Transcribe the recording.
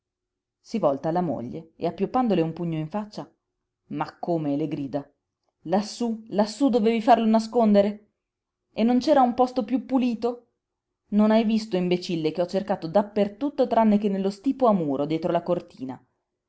si volta alla moglie e appioppandole un pugno in faccia ma come le grida lassú lassú dovevi farlo nascondere e non c'era un posto piú pulito non hai visto imbecille che ho cercato dappertutto tranne che nello stipo a muro dietro la cortina